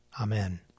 Amen